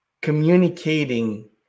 communicating